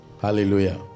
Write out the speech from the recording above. Hallelujah